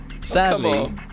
sadly